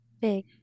big